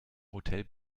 hotel